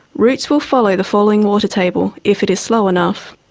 roots will follow the falling water table if it is slow enough.